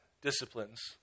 disciplines